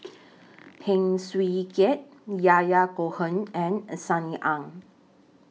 Heng Swee Keat Yahya Cohen and Sunny Ang